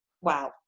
Wow